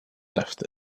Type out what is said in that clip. left